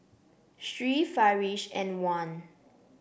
Sri Farish and Wan